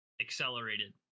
accelerated